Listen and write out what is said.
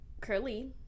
curly